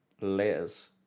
layers